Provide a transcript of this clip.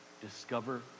Discover